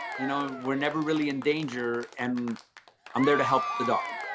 you know, we're never really in danger and i'm there to help the dog.